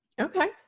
Okay